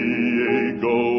Diego